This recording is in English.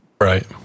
right